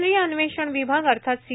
केंद्रीय अन्वेषण विभाग अर्थात सी